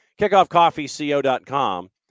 kickoffcoffeeco.com